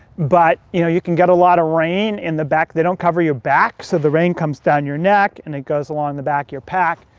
but you know, you can get a lot of rain in the back. they don't cover your back, so the rain comes down your neck, and it goes along the back of your pack.